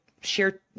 share